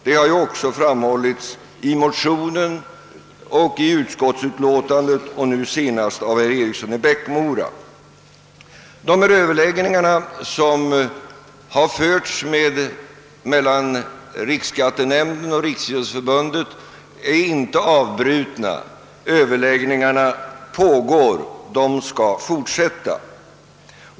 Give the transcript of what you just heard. Det har också framhållits i motionen och i utskottsutlåtandet och nu senast av herr Eriksson i Bäckmora. De överläggningar som förts mellan rikskattenämnden och Riksidrottsförbundet är inte avbrutna utan pågår. De skall fortsätta.